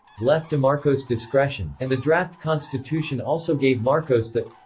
left to marcos' discretion, and the draft constitution also gave marcos the